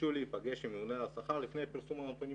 ביקשו להיפגש עם הממונה על השכר לפני פרסום הנתונים